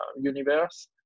universe